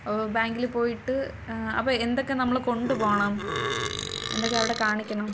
ബാങ്കിൽ പോയിട്ട് അപ്പോൾ എന്തൊക്കെ നമ്മൾ കൊണ്ടു പോകണം എന്തൊക്കെ അവിടെ കാണിക്കണം